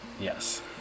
Yes